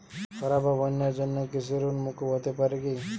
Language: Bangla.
খরা বা বন্যার জন্য কৃষিঋণ মূকুপ হতে পারে কি?